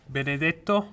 Benedetto